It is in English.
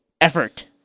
Effort